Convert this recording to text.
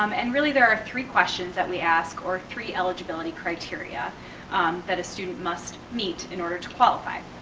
um and really there are three questions that we ask or three eligibility criteria that a student must meet in order to qualify.